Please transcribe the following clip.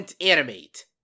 animate